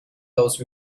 those